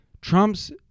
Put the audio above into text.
trump's